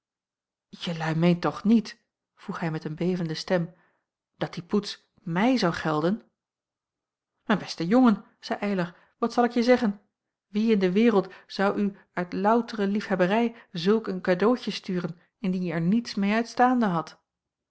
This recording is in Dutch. jelui meent toch niet vroeg hij met een bevende stem dat die poets mij zou gelden mijn beste jongen zeî eylar wat zal ik je zeggen wie in de wereld zou u uit loutere liefhebberij zulk een cadeautje sturen indien je er niets meê uitstaande hadt